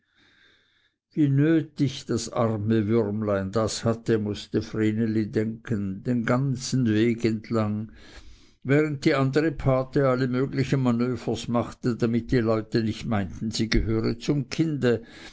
wie nötig das arme würmlein das hätte mußte vreneli denken den ganzen weg entlang während die andere gotte alle möglichen manövers machte damit die leute nicht meinten sie gehöre zum kinde